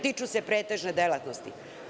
Tiču se pretežne delatnosti.